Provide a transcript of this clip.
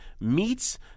meets